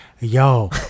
yo